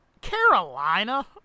Carolina